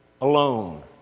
alone